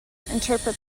interpret